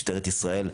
משטרת ישראל,